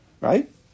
Right